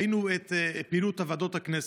ראינו את פעילות ועדות הכנסת.